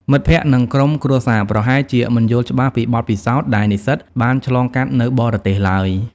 មិត្តភក្តិ និងក្រុមគ្រួសារប្រហែលជាមិនយល់ច្បាស់ពីបទពិសោធន៍ដែលនិស្សិតបានឆ្លងកាត់នៅបរទេសឡើយ។